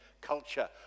culture